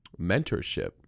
mentorship